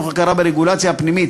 תוך הכרה ברגולציה הפנימית